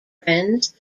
friends